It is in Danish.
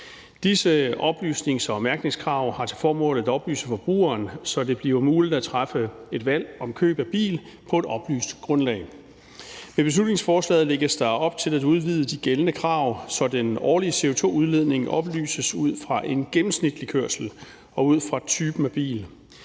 Disse oplysnings- og mærkningskrav har til formål at oplyse forbrugeren, så det bliver muligt at træffe et valg om køb af bil på et oplyst grundlag. Med beslutningsforslaget lægges der op til at udvide de gældende krav, så den årlige CO2-udledning oplyses ud fra en gennemsnitlig kørsel og ud fra typen af bil.